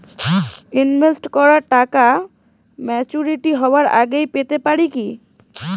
Invest করা টাকা maturity হবার আগেই পেতে পারি কি?